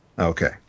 okay